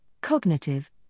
cognitive